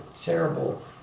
terrible